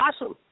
Awesome